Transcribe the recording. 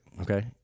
okay